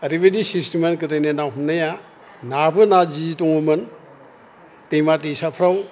ओरैबायदि सिसथिममोन गोदोनि ना हमनाया नाबो ना जि दङ मोन दैमा दैसाफ्राव